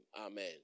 Amen